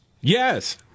yes